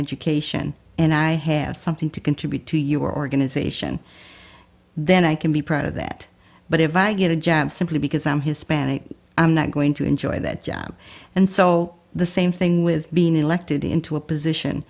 education and i have something to contribute to your organization then i can be proud of that but if i get a job simply because i'm hispanic i'm not going to enjoy that job and so the same thing with being elected into a position